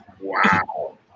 Wow